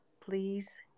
Please